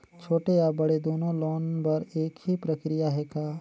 छोटे या बड़े दुनो लोन बर एक ही प्रक्रिया है का?